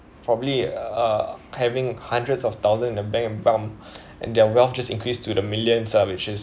probably uh having hundreds of thousand in the bank bump and their wealth just increased to the millions ah which is